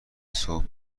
صبح